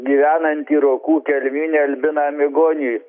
gyvenantį rokų kelmyne albiną migonį